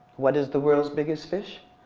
what is the world's biggest fish?